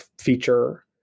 feature